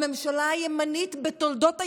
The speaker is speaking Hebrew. הממשלה הימנית בתולדות הימין,